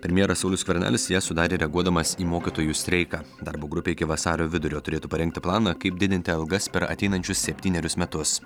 premjeras saulius skvernelis ją sudarė reaguodamas į mokytojų streiką darbo grupė iki vasario vidurio turėtų parengti planą kaip didinti algas per ateinančius septynerius metus